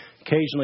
occasionally